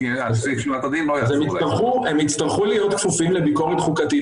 מישהו אחר יבצע את החוק באופן שהוא חושב שצריך לבצע את החוק על פי החוק,